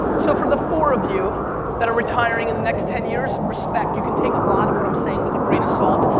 so for the four of you that are retiring in the next ten years, respect. you can take a lot of what i'm saying with a grain of salt.